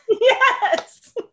Yes